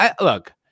Look